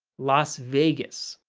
las vegas.